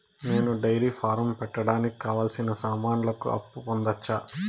నేను dairy farm పెట్టడానికి కావాల్సిన సామాన్లకు అప్పు పొందొచ్చా?